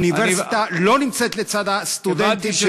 האוניברסיטה אינה לצד הסטודנטים,